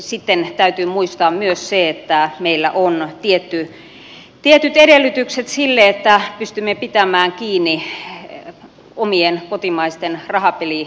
sitten täytyy muistaa myös se että meillä on tietyt edellytykset sille että pystymme pitämään kiinni omien kotimaisten rahapeli